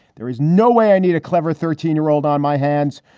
there is no way i need a clever thirteen year old on my hands.